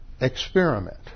Experiment